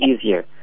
easier